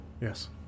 Yes